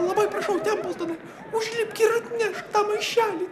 labai prašau templtonai užlipk ir atnešk tą maišelį